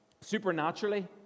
supernaturally